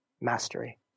mastery